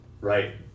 right